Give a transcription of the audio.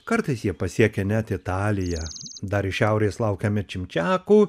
kartais jie pasiekia net italiją dar iš šiaurės laukiame čimčiakų